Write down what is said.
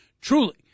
truly